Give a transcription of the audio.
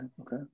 Okay